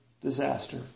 disaster